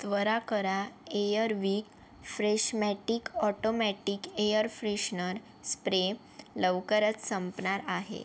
त्वरा करा Air Wick Freshmatic automatic air freshener spray लवकरच संपणार आहे